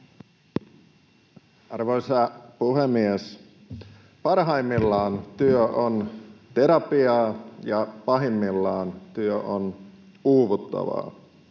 Arvoisa puhemies! Parhaimmillaan työ on terapiaa, ja pahimmillaan työ on uuvuttavaa.